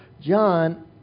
John